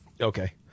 Okay